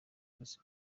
chris